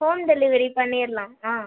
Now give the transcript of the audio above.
home delivery பண்ணிவிட்லாம் ஆ